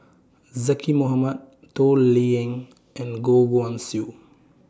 Zaqy Mohamad Toh Liying and Goh Guan Siew